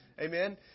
Amen